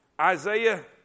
Isaiah